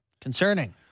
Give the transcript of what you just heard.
Concerning